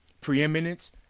preeminence